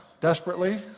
desperately